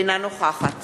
אינה נוכחת